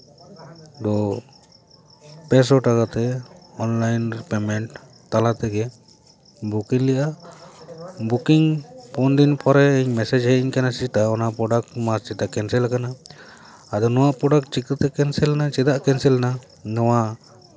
ᱫᱚ ᱯᱮ ᱥᱚ ᱴᱟᱠᱟ ᱛᱮ ᱚᱱᱞᱟᱭᱤᱱ ᱯᱮᱢᱮᱱᱴ ᱛᱟᱞᱟ ᱛᱮᱜᱮ ᱵᱩᱠᱤᱝ ᱞᱮᱜᱼᱟ ᱵᱩᱠᱤᱝ ᱯᱩᱱ ᱫᱤᱱ ᱯᱚᱨᱮ ᱤᱧ ᱢᱮᱥᱮᱡᱽ ᱦᱮᱡ ᱤᱧ ᱠᱟᱱᱟ ᱥᱮᱴᱟ ᱯᱨᱚᱰᱟᱠᱴ ᱵᱟᱝ ᱢᱟ ᱠᱮᱱᱥᱮᱞ ᱠᱟᱱᱟ ᱟᱫᱚ ᱱᱚᱣᱟ ᱯᱨᱚᱰᱟᱠᱴ ᱪᱤᱠᱟᱹᱛᱮ ᱠᱮᱱᱥᱮᱞᱱᱟ ᱪᱮᱫᱟᱜ ᱠᱮᱱᱥᱮᱞᱱᱟ ᱱᱚᱣᱟ